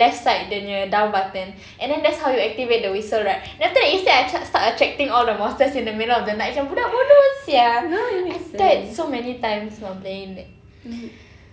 left side dia nya down button and then that's how you activate the whistle right then after that instead I st~ start attracting all the monsters in the middle of the night macam budak bodoh sia I died so many times while playing that